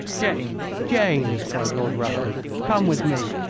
jane, jane, cried lord rufton come with me.